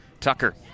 Tucker